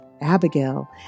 Abigail